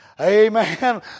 Amen